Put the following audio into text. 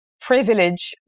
privilege